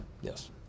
Yes